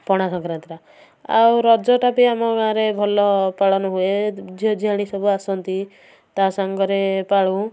ପଣା ସଂକ୍ରାନ୍ତିଟା ଆଉ ରଜଟା ବି ଆମ ଗାଁରେ ଭଲ ପାଳନ ହୁଏ ଝିଅ ଝିଆଣି ସବୁ ଆସନ୍ତି ତା ସାଙ୍ଗରେ ପାଳୁ